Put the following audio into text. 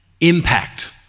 impact